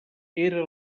era